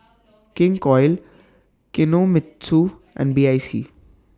King Koil Kinohimitsu and B I C